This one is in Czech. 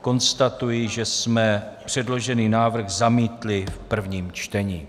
Konstatuji, že jsme předložený návrh zamítli v prvním čtení.